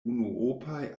unuopaj